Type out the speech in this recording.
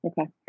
Okay